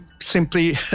simply